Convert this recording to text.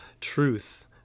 truth